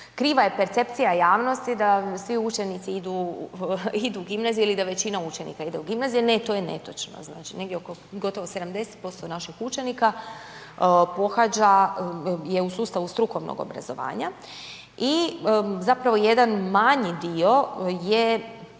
Kriva je perpcija javnosti da svi učenici idu u gimnazije ili da većina učenika ide u gimnazije. Ne, to je netočno, znači gotovo 70% naših učenika je u sustavu strukovnog obrazovanja i jedan manji dio je